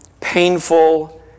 painful